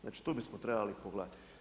Znači tu bismo trebali pogledati.